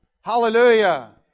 Hallelujah